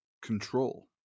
Control